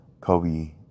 Kobe